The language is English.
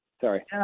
Sorry